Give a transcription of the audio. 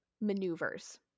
maneuvers